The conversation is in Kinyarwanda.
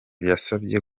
yasabye